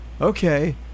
okay